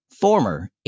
former